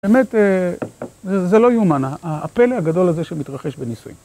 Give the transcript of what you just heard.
באמת זה לא יאומן, הפלא הגדול הזה שמתרחש בניסויים.